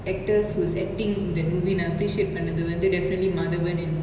actors who was acting in that movie நா:na appreciate பன்னது வந்து:pannathu vanthu definitely madhavan and